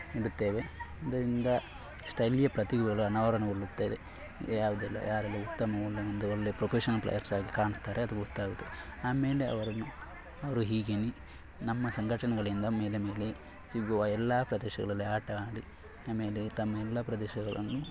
ಇಡುತ್ತೇವೆ ಇದರಿಂದ ಸ್ಥಳೀಯ ಪ್ರತಿಭೆಗಳು ಅನಾವರಣಗೊಳ್ಳುತ್ತದೆ ಈಗ ಯಾವುದೆಲ್ಲ ಯಾರೆಲ್ಲ ಉತ್ತಮ ಒಳ್ಳೆಯ ಒಂದು ಒಳ್ಳೆಯ ಪ್ರೊಪೆಷನಲ್ ಪ್ಲೇಯರ್ಸಾಗಿ ಕಾಣ್ತಾರೆ ಅದು ಗೊತ್ತಾಗುತ್ತದೆ ಆಮೇಲೆ ಅವರನ್ನು ಅವರು ಹೀಗೆಯೇ ನಮ್ಮ ಸಂಘಟನೆಗಳಿಂದ ಮೇಲೆ ಮೇಲೆ ಸಿಗುವ ಎಲ್ಲ ಪ್ರದೇಶಗಳಲ್ಲಿ ಆಟ ಆಡಿ ಆಮೇಲೆ ತಮ್ಮ ಎಲ್ಲ ಪ್ರದೇಶಗಳನ್ನು